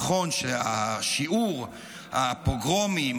נכון ששיעור הפוגרומים,